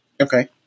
Okay